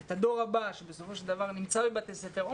את הדור הבא, שנמצא בבתי ספר שונים,